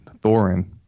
Thorin